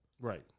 Right